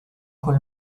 col